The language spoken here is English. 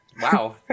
Wow